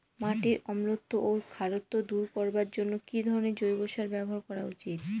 মাটির অম্লত্ব ও খারত্ব দূর করবার জন্য কি ধরণের জৈব সার ব্যাবহার করা উচিৎ?